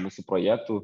mūsų projektų